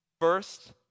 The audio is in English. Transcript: First